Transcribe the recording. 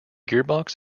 gearbox